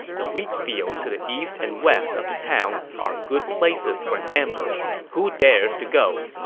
the wheat fields to the east and west of the town are good places for an ambush. who dares to go?